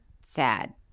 sad